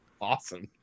Awesome